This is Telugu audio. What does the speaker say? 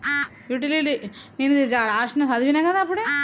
యుటిలిటీ బిల్లులు కట్టినప్పుడు మనకు కలిగే ప్రయోజనాలు ఏమిటి?